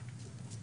הזו?